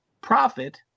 profit